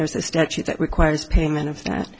there's a statute that requires payment if that